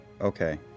Okay